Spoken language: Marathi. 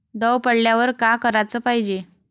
दव पडल्यावर का कराच पायजे?